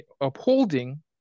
upholding